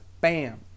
Bam